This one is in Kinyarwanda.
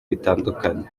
bitandukanye